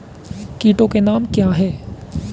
कीटों के नाम क्या हैं?